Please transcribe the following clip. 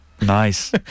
nice